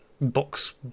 box